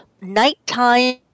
Nighttime